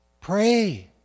Pray